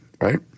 right